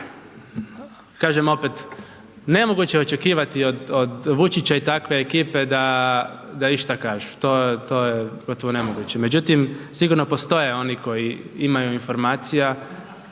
kažem opet, nemoguće je očekivati od Vučića i takve ekipe da išta kažu, to je gotovo nemoguće. Međutim, sigurno postoje oni koji imaju informaciju